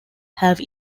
have